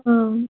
ఆ